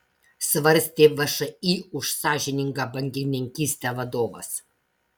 svarstė všį už sąžiningą bankininkystę vadovas